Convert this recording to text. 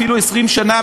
אפילו 20 שנה,